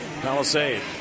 Palisade